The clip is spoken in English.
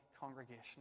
congregation